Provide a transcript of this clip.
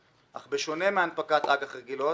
אך בשונה מהנפקת אג"ח רגילות,